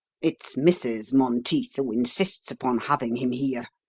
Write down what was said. it's mrs. monteith who insists upon having him here.